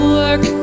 work